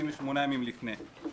98 ימים לפני.